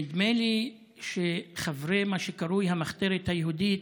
נדמה לי שחברי מה שקרוי המחתרת היהודית,